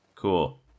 Cool